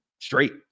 straight